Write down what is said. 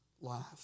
life